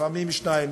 לפעמים שניים,